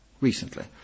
recently